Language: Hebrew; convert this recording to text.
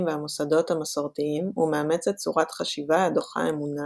והמוסדות המסורתיים ומאמצת צורת חשיבה הדוחה אמונה